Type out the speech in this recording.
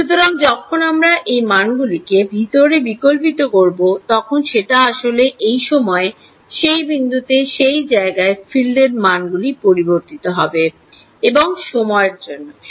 সুতরাং যখন আমরা এই মান গুলিকে ভিতরে বিকল্পিত করব তখন সেটা আসলে এই সময়ে সেই বিন্দুতে সেই জায়গায় ফিল্ড এরমান গুলি হবে এবং সময়ের জন্য সঠিক